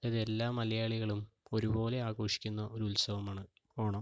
അത് എല്ലാ മലയാളികളും ഒരുപോലെ ആഘോഷിക്കുന്ന ഒരു ഉത്സവമാണ് ഓണം